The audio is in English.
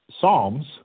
Psalms